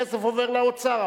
הכסף עובר לאוצר,